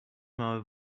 mały